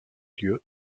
lieu